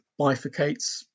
bifurcates